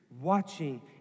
watching